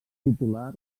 titular